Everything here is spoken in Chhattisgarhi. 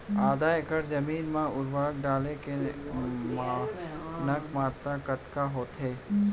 आधा एकड़ जमीन मा उर्वरक डाले के मानक मात्रा कतका होथे?